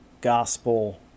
gospel